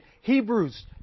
Hebrews